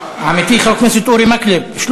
עמיתי, חבר הכנסת אורי מקלב.